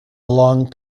along